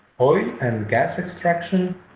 oil and gas extraction